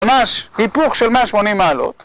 היפוך של 180 מעלות